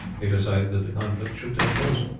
they decided that the conflict should take place.